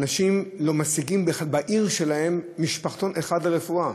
אנשים לא משיגים בעיר שלהם משפחתון אחד לרפואה.